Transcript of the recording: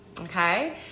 Okay